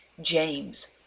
James